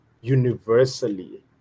universally